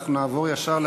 ואנחנו נעבור ישר,